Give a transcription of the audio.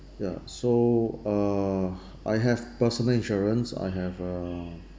ya so uh I have personal insurance I have uh